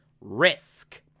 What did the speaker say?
Risk